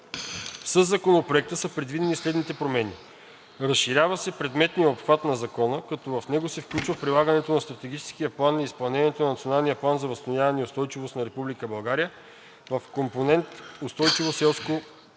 Със Законопроекта са предвидени следните промени: Разширява се предметният обхват на Закона, като в него се включва прилагането на Стратегическия план и изпълнението на Националния план за възстановяване и устойчивост на Република България в компонент „Устойчиво селско